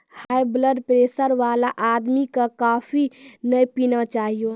high blood pressure वाला आदमी कॅ कॉफी नय पीना चाहियो